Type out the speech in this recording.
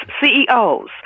CEOs